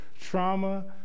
trauma